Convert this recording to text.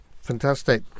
fantastic